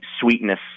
sweetness